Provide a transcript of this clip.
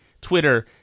Twitter